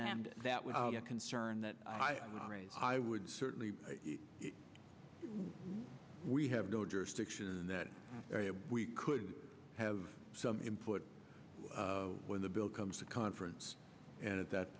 and that would be a concern that i would certainly we have no jurisdiction in that area we could have some input when the bill comes to conference and at that